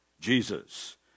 Jesus